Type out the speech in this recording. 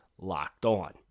LOCKEDON